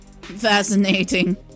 Fascinating